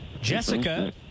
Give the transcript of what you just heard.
Jessica